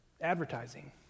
advertising